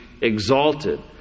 exalted